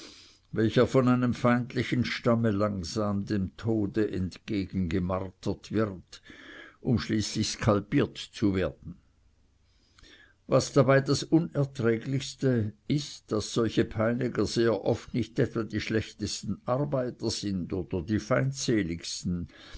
welcher von einem feindlichen stamme langsam dem tode entgegengemartert wird um schließlich skalpiert zu werden was dabei das unerträglichste ist daß solche peiniger sehr oft nicht etwa die schlechtesten arbeiter sind oder die feindseligsten